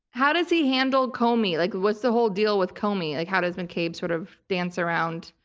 how does he handle comey? like what's the whole deal with comey? like how does mccabe sort of dance around.